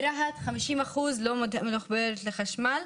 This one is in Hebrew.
ורהט 50% לא מחוברת לחשמל.